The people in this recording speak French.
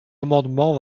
amendement